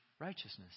righteousness